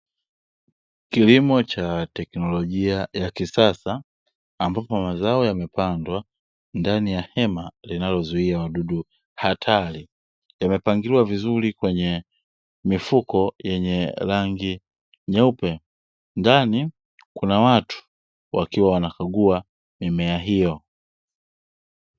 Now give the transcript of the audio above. Kilimo cha teknolojia ya kisasa. Ambapo mazao yamepandwa ndani ya hema linalozuia wadudu hatari. Yamepangiliwa vizuri kwenye mifuko, yenye rangi nyeupe, ndani kuna watu, wakiwa wanakagua mimea hiyo.